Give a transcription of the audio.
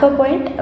point